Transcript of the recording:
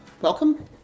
Welcome